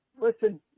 listen